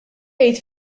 jgħid